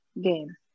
game